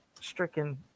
stricken